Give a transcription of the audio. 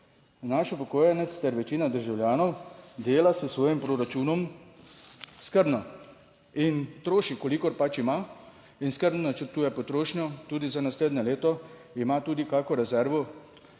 naš upokojenec, ter večina državljanov dela s svojim proračunom skrbno in troši, kolikor pač ima, in skrbno načrtuje potrošnjo tudi za naslednje leto. Ima tudi kakšno rezervo